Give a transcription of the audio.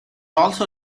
also